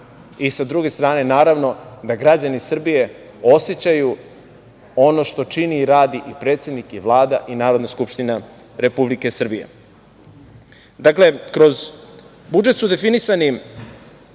i sa druge strane, naravno, da građani Srbije osećaju ono što čini i radi predsednik i Vlada i Narodna skupština Republike Srbije. Dakle, kroz budžet su definisani